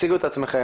תציגו את עצמכם.